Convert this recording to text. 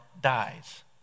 dies